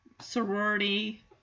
sorority